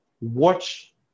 Watch